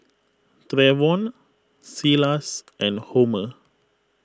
Treyvon Silas and Homer